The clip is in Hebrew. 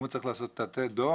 אם הוא צריך לתת דוח,